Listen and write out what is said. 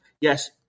Yes